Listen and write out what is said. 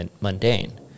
mundane